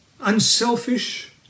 Unselfish